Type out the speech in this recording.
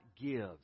gives